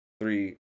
three